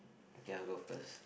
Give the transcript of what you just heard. okay I will go first